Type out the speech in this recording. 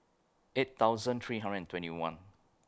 eight thousand three hundred and twenty one